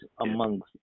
amongst